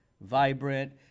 vibrant